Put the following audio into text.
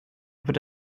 wird